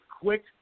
quick